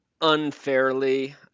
unfairly